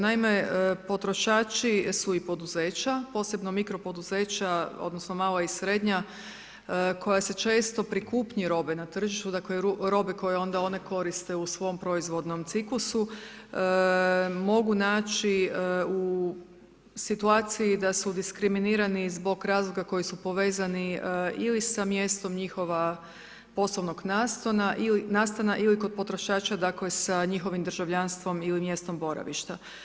Naime, potrošači su i poduzeće, posebno mikropoduzeća, odnosno, mala i srednja, koja se često pri kupnji robe na tržištu, dakle, robe koje onda one koriste u svom proizvodnom ciklusu mogu naći u situaciji da su diskriminirani zbog razloga koji su povezani ili sa mjestom njihova poslovnog nastana ili kod potrošača dakle, sa njihovim državljanstvom ili mjestom boravišta.